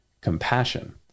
compassion